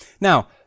Now